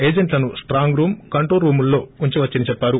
ఏజెంట్లను strongroom control రూముల్లో ఉంచవచ్చని చెప్పారు